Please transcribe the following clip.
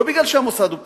לא כי המוסד הוא פרטי.